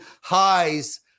highs